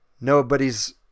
Nobody's